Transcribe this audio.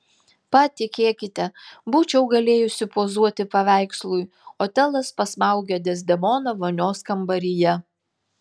patikėkite būčiau galėjusi pozuoti paveikslui otelas pasmaugia dezdemoną vonios kambaryje